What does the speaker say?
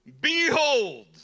behold